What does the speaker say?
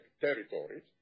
territories